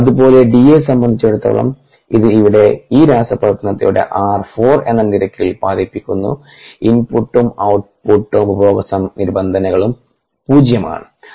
അതുപോലെ Dയെ സംബന്ധിച്ചിടത്തോളം ഇത് ഇവിടെ ഈ രാസപ്രവർത്തനത്തിലൂടെ r4 എന്ന നിരക്കിൽ ഉൽപാദിപ്പിക്കുന്നു ഇൻപുട്ടും ഔട്ട്പുട്ടും ഉപഭോഗ നിബന്ധനകളും പൂജ്യമാണ്